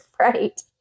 Right